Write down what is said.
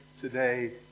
today